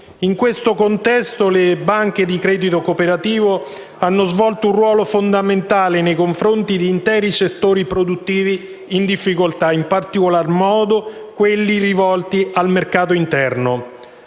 In questo contesto, le banche di credito cooperativo hanno svolto un ruolo fondamentale nei confronti di interi settori produttivi in difficoltà, in particolar modo quelli rivolti al mercato interno.